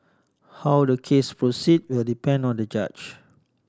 how the case proceed will depend on the judge